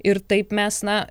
ir taip mes na